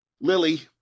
Lily